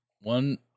One